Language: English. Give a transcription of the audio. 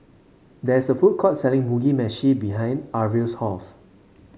there is a food court selling Mugi Meshi behind Arvel's house